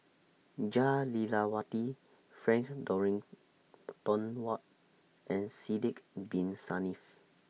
Jah Lelawati Frank Dorrington Ward and Sidek Bin Saniff